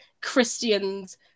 christians